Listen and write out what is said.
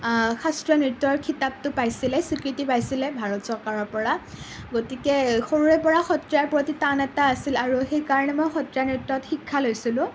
শাস্ত্ৰীত নৃত্যৰ খিতাপটো পাইছিলে স্বীকৃতি পাইছিলে ভাৰত চৰকাৰৰ পৰা গতিকে সৰুৰে পৰা সত্ৰীয়াৰ প্ৰতি টান এটা আছিল আৰু সেইকাৰণে মই সত্ৰীয়া নৃত্যত শিক্ষা লৈছিলোঁ